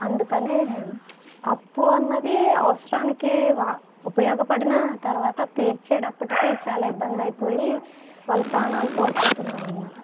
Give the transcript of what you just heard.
అందుకనే అప్పు అన్నది అవసరానికి ఉపయోగపడినా తర్వాత తీర్చేటప్పటికీ చాలా ఇబ్బందైపోయి వాళ్ళు ప్రాణాలు కోల్పోతున్నారన్నమాట